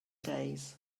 days